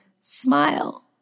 smile